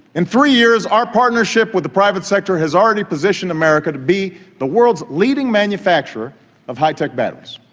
in three years our partnership with the private sector has already positioned america to be the world's leading manufacturer of high tech batteries.